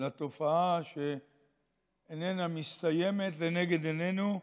לתופעה שאיננה מסתיימת לנגד עינינו,